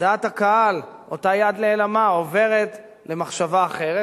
דעת הקהל, אותה יד נעלמה, עוברת למחשבה אחרת.